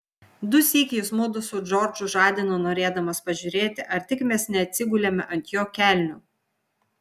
dusyk jis mudu su džordžu žadino norėdamas pažiūrėti ar tik mes neatsigulėme ant jo kelnių